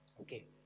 Okay